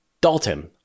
Dalton